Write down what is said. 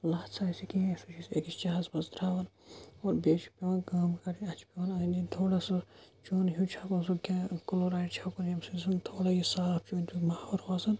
لَژھ آسہِ کینٛہہ سُہ چھِ أکِس چاہَس منٛز ترٛاوَن اور بیٚیہِ چھِ پیٚوان کٲم کَرٕنۍ اَسہِ چھِ پیٚوان أنٛدۍ أنٛدۍ تھَوُن اَتھ سُہ چوٗنہٕ ہیوٗ چھَکُن سُہ کیٛاہ کٕلورایڈ چھَکُن ییٚمہِ سۭتۍ زَنہٕ تھوڑا یہِ صاف چھُ ماحول روزان